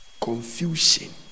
confusion